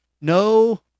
no